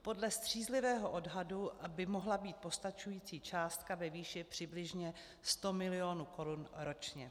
Podle střízlivého odhadu by mohla být postačující částka ve výši přibližně 100 mil. korun ročně.